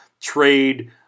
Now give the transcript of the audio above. trade –